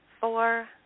four